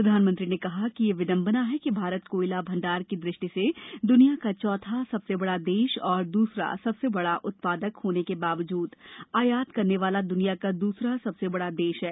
प्रधानमंत्री ने कहा कि यह विडम्बना है कि भारत कोयला भंडार की दृष्टि से दुनिया का चौथा सबसे बड़ा देश और दूसरा सबसे बड़ा उत्पादक होने के बावजूद आयात करने वाला दुनिया का दूसरा सबसे बड़ा देश है